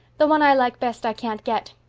the one i like best i can't get.